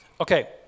Okay